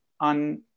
on